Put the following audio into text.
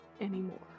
anymore